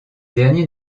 derniers